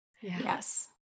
Yes